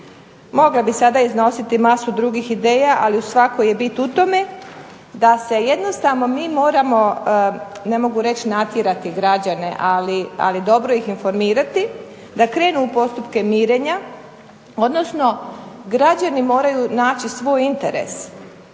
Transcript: Mogla bih sada iznositi masu drugih ideja, ali u svakoj je bit u tome da se jednostavno mi moramo, ne mogu reći natjerati građane, ali dobro ih informirati da krenu u postupke mirenja, odnosno građani moraju naći svoj interes.